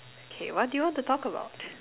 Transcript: okay what do you want to talk about